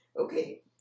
okay